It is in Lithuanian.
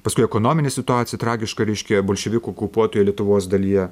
paskui ekonominė situacija tragiška reiškia bolševikų okupuotoje lietuvos dalyje